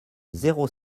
zéro